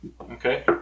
Okay